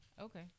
Okay